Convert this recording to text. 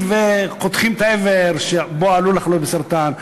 וחותכים את האיבר שעלול לחלות בסרטן,